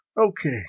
Okay